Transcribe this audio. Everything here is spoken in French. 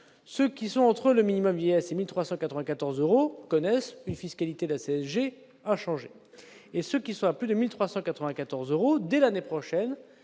ceux qui sont entre le minimum vieillesse et 1394 euros connaissent une fiscalité la CSG a changé et ce qu'il soit plus de 1394 euros dès l'année prochaine,